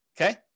Okay